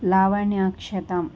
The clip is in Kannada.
ಲಾವಣ್ಯಾಕ್ಷತ